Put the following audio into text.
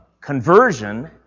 conversion